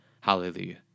Hallelujah